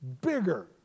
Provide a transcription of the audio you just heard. bigger